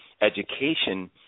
education